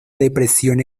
depresión